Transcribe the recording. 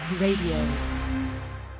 radio